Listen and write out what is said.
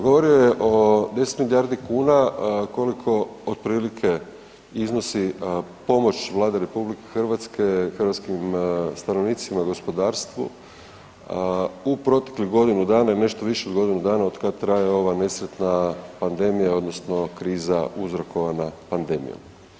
Govorio je o 10 milijardi kuna koliko otprilike iznosi pomoć Vlade RH hrvatskim stanovnicima i gospodarstvu u proteklih godinu dana i nešto više od godinu dana otkad traje ova nesretna pandemija odnosno kriza uzrokovana pandemijom.